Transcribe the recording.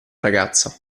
ragazza